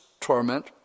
torment